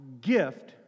gift